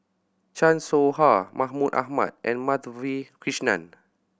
Chan Soh Ha Mahmud Ahmad and Madhavi Krishnan